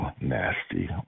Nasty